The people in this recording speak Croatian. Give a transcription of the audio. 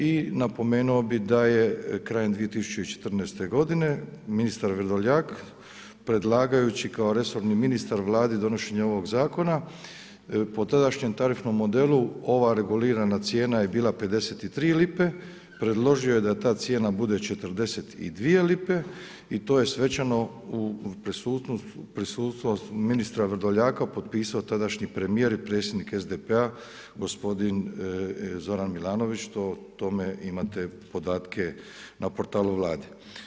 I napomenuo bi da je krajem 2014. godine ministar Vrdoljak predlagajući kao resorni ministar vladi donošenja ovog zakona, po tadašnjem tarifnom modelu ova regulirana cijena je bila 53 lipe, predložio je da ta cijena bude 42 lipe i to je svečano u prisustvu ministra Vrdoljaka potpisao tadašnji premijer i predsjednik SDP-a gospodin Zoran Milanović o tome imate podatke na portalu Vlade.